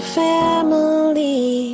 family